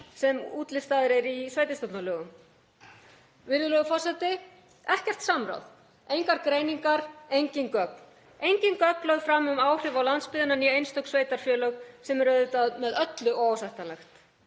sem útlistaðar eru í sveitarstjórnarlögum. Virðulegur forseti. Ekkert samráð, engar greiningar, engin gögn. Engin gögn lögð fram um áhrif á landsbyggðina né einstök sveitarfélög sem er auðvitað með öllu óásættanlegt.